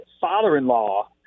father-in-law